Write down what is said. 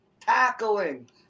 tackling